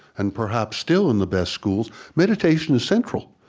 and perhaps still in the best schools, meditation is central.